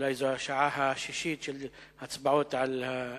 ואולי זו השעה השישית של הצבעות על התקציב.